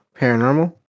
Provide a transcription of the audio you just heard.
Paranormal